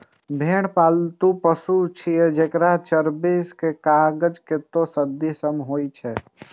भेड़ पालतु पशु छियै, जेकरा चराबै के काज कतेको सदी सं होइ छै